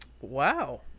Wow